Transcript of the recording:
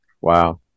Wow